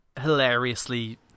hilariously